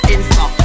Insta